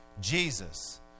Jesus